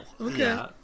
Okay